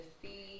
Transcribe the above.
see